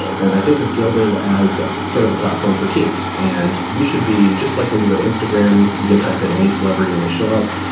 then i think of guilded as sort of the platform for teams. and we should be just like when you at instagram, you can type in any celebrity and they show up.